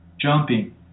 jumping